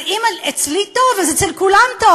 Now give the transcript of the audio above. אז אם אצלי טוב, אצל כולם טוב.